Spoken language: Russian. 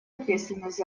ответственность